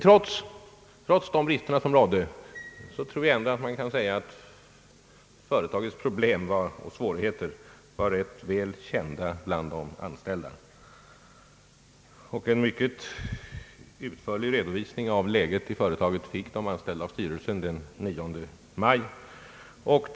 Trots de brister som rådde tror jag ändå man kan säga att företagets problem och svårigheter var ganska väl kända bland de anställda. Dessa fick av styrelsen en mycket utförlig redovisning av läget i företaget den 9 maj 1968.